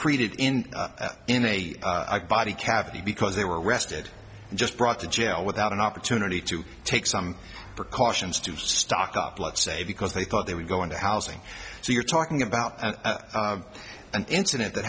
creted in in a body cavity because they were arrested and just brought to jail without an opportunity to take some precautions to stock up let's say because they thought they would go into housing so you're talking about an incident that